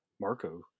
Marco